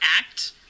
act